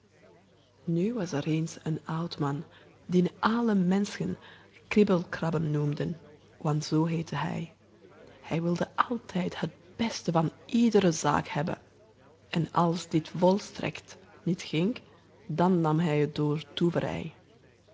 nu was er eens een oud man dien alle menschen kriebel krabbel noemden want zoo heette hij hij wilde altijd het beste van iedere zaak hebben en als dit volstrekt niet ging dan nam hij het door